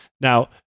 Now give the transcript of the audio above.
Now